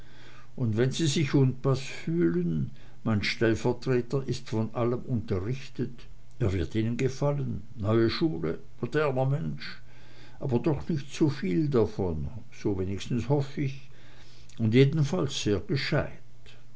und wenn sie sich unpaß fühlen mein stellvertreter ist von allem unterrichtet er wird ihnen gefallen neue schule moderner mensch aber doch nicht zuviel davon so wenigstens hoff ich und jedenfalls sehr gescheit